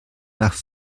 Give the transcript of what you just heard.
nach